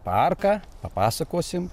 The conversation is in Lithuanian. parką papasakosim